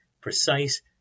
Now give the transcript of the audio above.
precise